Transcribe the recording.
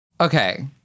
Okay